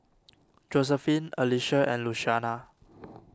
Josephine Alicia and Luciana